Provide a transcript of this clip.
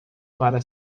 para